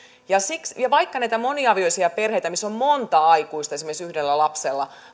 ja vaikka näitä moniavioisia perheitä missä on monta aikuista esimerkiksi yhdellä lapsella